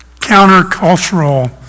countercultural